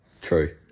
True